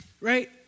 right